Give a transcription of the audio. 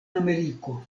ameriko